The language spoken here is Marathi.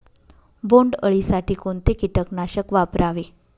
बोंडअळी साठी कोणते किटकनाशक वापरावे?